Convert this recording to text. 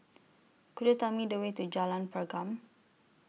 Could YOU Tell Me The Way to Jalan Pergam